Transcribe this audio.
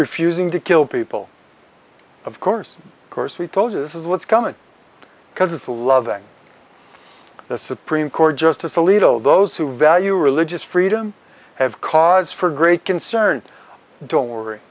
her fusing to kill people of course of course we told you this is what's coming because it's a loving the supreme court justice alito those who value religious freedom have cause for great concern don't worry